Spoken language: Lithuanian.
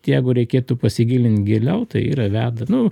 jeigu reikėtų pasigilint giliau tai yra veda nu